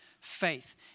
faith